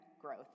growth